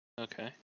Okay